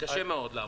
קשה מאוד לעמוד.